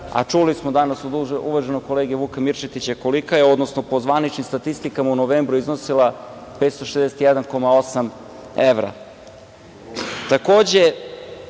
a čuli smo danas od uvaženog kolege Vuka Mirčetića kolika je, odnosno po zvaničnim statistikama u novembru iznosila je 561,8